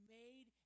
made